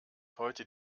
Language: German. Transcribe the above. heute